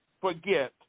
forget